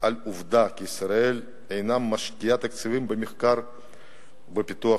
על העובדה כי ישראל אינה משקיעה תקציבים במחקר ובפיתוח,